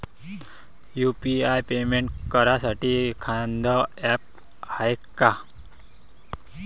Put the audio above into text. UPI payment करासाठी एखांद app हाय का?